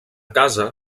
casa